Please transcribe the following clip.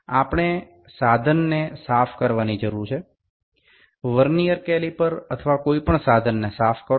આપણે સાધનને સાફ કરવાની જરૂર છે વર્નિયર કેલિપર અથવા કોઈ પણ સાધનને સાફ કરો